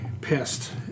pissed